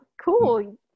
Cool